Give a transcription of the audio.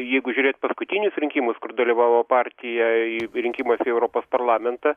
jeigu žiūrėt paskutinius rinkimus kur dalyvavo partija į rinkimuose į europos parlamentą